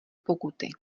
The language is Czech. pokuty